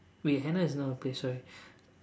wait Hannah is not a place sorry